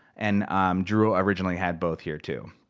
and drew originally had both here too.